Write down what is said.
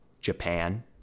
Japan